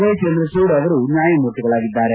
Y Chandrachud ಅವರು ನ್ಯಾಯಮೂರ್ತಿಗಳಾಗಿದ್ದಾರೆ